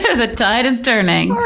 the tide is turning!